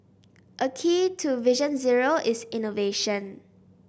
a key to Vision Zero is innovation